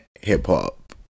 hip-hop